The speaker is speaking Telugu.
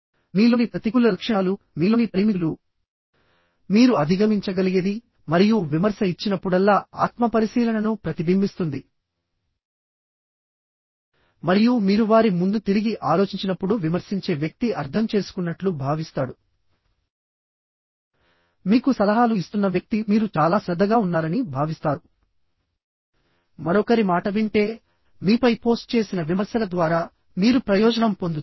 మీలోని ప్రతికూల లక్షణాలు మీలోని పరిమితులు మీరు అధిగమించగలిగేది మరియు విమర్శ ఇచ్చినప్పుడల్లా ఆత్మపరిశీలనను ప్రతిబింబిస్తుంది మరియు మీరు వారి ముందు తిరిగి ఆలోచించినప్పుడు విమర్శించే వ్యక్తి అర్థం చేసుకున్నట్లు భావిస్తాడు మీకు సలహాలు ఇస్తున్న వ్యక్తి మీరు చాలా శ్రద్ధగా ఉన్నారని భావిస్తారు మరొకరి మాట వింటే మీపై పోస్ట్ చేసిన విమర్శల ద్వారా మీరు ప్రయోజనం పొందుతారు